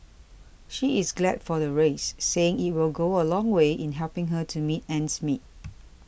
she is glad for the raise saying it will go a long way in helping her to make ends meet